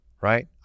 right